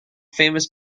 famous